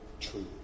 true